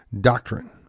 doctrine